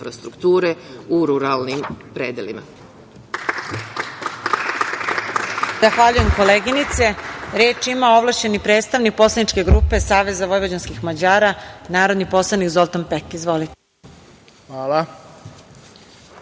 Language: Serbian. u ruralnim predelima.